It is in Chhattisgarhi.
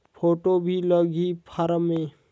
फ़ोटो भी लगी फारम मे?